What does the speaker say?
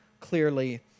clearly